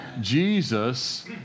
Jesus